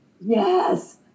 Yes